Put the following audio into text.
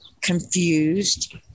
confused